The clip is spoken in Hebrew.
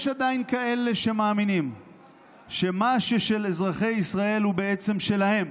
יש עדיין כאלה שמאמינים שמה ששל אזרחי ישראל הוא בעצם שלהם